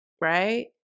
Right